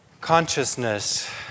Consciousness